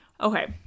Okay